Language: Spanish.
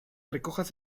recojas